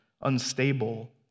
unstable